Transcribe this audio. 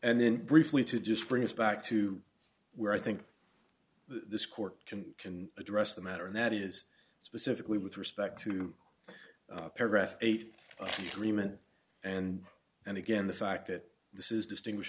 and then briefly to just bring us back to where i think this court can address the matter and that is specifically with respect to paragraph eight freeman and and again the fact that this is distinguish